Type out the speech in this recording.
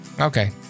okay